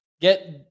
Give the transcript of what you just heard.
Get